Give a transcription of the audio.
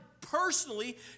personally